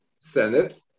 Senate